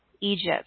Egypt